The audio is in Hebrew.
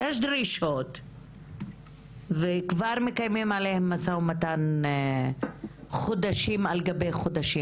יש דרישות וכבר מקיימים עליהן שיחות ומשא ומתן חודשים על גבי חודשים,